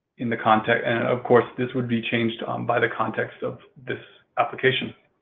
in the context and of course, this would be changed um by the context of this application.